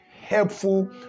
helpful